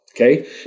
okay